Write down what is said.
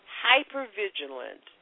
hyper-vigilant